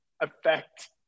effect